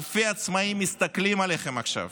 אלפי עצמאים, מסתכלים עליכם עכשיו.